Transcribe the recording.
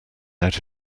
out